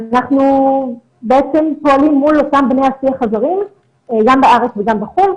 אנחנו בעצם פועלים מול בני אותו השיח הזרים גם בארץ וגם בחו"ל,